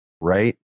right